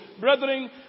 Brethren